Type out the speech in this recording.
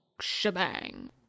shebang